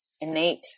innate